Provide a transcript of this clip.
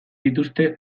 dituzte